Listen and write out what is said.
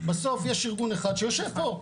בסוף יש ארגון אחד שיושב פה,